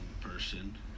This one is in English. person